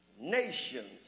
Nations